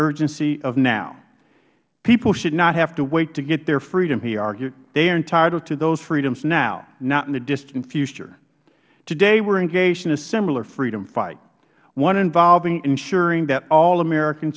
urgency of now people should not have to wait to get their freedom he argued they are entitled to those freedoms now not in the distant future today we are engaged in a similar freedom fight one involving ensuring that all american